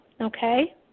okay